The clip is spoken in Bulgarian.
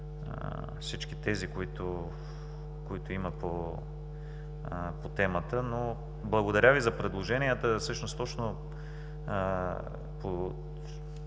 всички тези, които има по темата. Благодаря Ви за предложенията.